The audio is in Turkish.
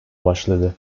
başladı